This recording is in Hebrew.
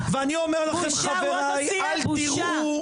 ואני אומר לכם חבריי אל תראו,